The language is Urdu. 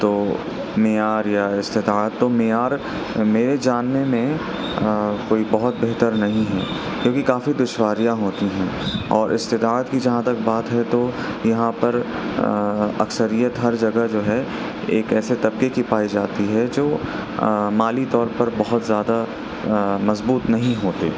تو معیار یا استطاعت تو معیار میرے جاننے میں کوئی بہت بہتر نہیں ہے کیونکہ کافی دشواریاں ہوتی ہیں اور استطاعت کی جہاں تک بات ہے تو یہاں پر اکثریت ہر جگہ جو ہے ایک ایسے طبقے کی پائی جاتی ہے جو مالی طور پر بہت زیادہ مضبوط نہیں ہوتے